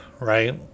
right